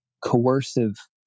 coercive